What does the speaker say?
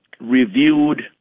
reviewed